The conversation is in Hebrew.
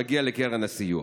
שמגיעים לקרן הסיוע.